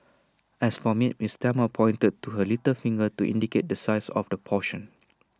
as for meat miss Thelma pointed to her little finger to indicate the size of the portion